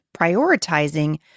prioritizing